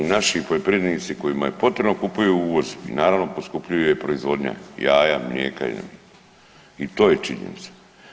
I naši poljoprivrednici kojima je potrebno kupuju uvoz i naravno poskupljuje proizvodnja jaja, mlijeka … i to je činjenica.